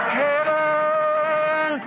heaven